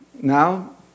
Now